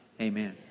Amen